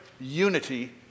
unity